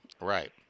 Right